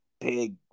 big